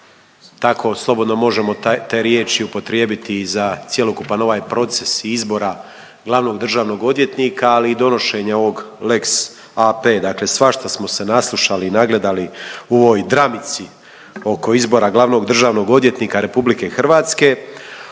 tako slobodno možemo te riječi upotrijebiti i za cjelokupan ovaj proces izbora glavnog državnog odvjetnika, ali i donošenje ovog lex AP. Dakle, svašta smo se naslušali i nagledali u ovoj dramici oko izbora glavnog državnog odvjetnika Republike Hrvatske,